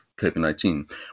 COVID-19